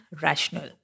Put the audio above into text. rational